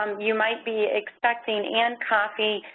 um you might be expecting anne coffey,